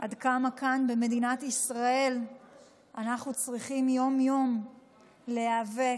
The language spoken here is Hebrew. עד כמה כאן במדינת ישראל אנחנו צריכים יום-יום להיאבק,